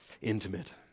intimate